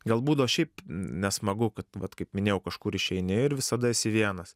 gal būdavo šiaip nesmagu kad vat kaip minėjau kažkur išeini ir visada esi vienas